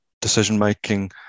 decision-making